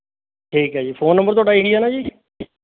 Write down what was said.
ਠੀਕ ਹੈ ਜੀ ਫ਼ੋਨ ਨੰਬਰ ਤੁਹਾਡਾ ਇਹ ਹੀ ਹੈ ਨਾ ਜੀ